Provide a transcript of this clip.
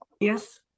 Yes